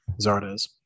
Zardes